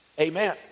Amen